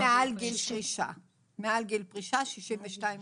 כולם מעל גיל פרישה, 62 - נשים,